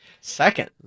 Second